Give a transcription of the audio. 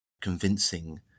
convincing